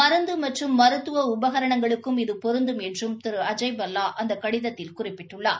மருந்து மற்றும் மருத்துவ உபகரணங்களுக்கும் இது பொருந்தும் என்றும் திரு அஜய் பல்லா அந்த கடிதத்தில் குறிப்பிட்டுள்ளார்